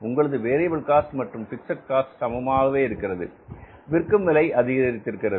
உங்களது variable cost மற்றும் fixed cost சமமாகவே இருக்கிறது விற்கும் விலை அதிகரித்திருக்கிறது